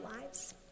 lives